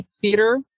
theater